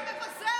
אתה מבזה אותי.